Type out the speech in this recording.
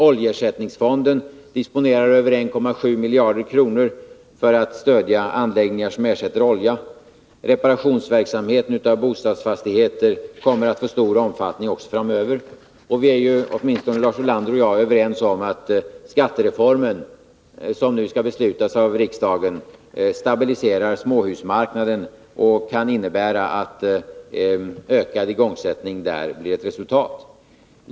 Oljeersättningsfonden disponerar över 1,7 miljarder kronor för stöd till anläggningar som ersätter olja. Reparationsverksamheten i fråga om bostadsfastigheter kommer att vara av stor omfattning också framöver. Vi är ju — åtminstone Lars Ulander och jag — överens om att skattereformen, som senare skall beslutas av riksdagen, stabiliserar småhusmarknaden och att den kan få ökad igångsättning där som resultat.